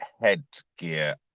headgear